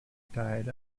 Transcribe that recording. died